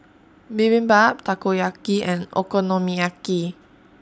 Bibimbap Takoyaki and Okonomiyaki